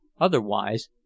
Otherwise